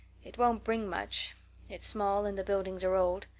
it won't bring much it's small and the buildings are old.